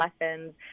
lessons